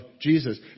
Jesus